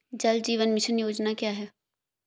जल जीवन मिशन योजना क्या है?